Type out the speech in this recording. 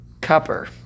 copper